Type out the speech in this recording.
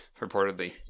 reportedly